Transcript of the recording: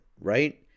right